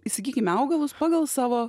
įsigykime augalus pagal savo